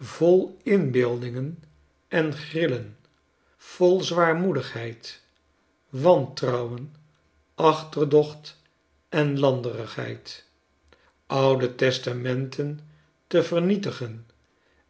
vol inbeeldingen en grillen vol zwaarmoedigheid wantrouwen achterdocht en landerigheid oude testamenten te vernietigen